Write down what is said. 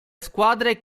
squadre